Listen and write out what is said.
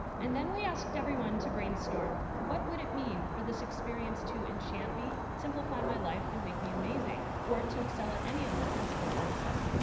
and then, we asked everyone to brainstorm, what would it mean for this experience to enchant me, simplify my life, and make me amazing, or to excel at any of the principles they saw?